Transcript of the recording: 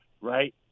right